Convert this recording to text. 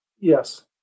Yes